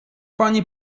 pani